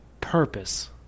purpose